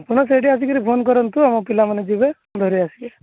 ଆପଣ ସେଇଠି ଆସିକରି ଫୋନ୍ କରନ୍ତୁ ଆମ ପିଲାମାନେ ଯିବେ ଧରି ଆସିବେ